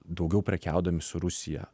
daugiau prekiaudami su rusija